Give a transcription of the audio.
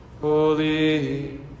holy